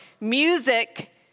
Music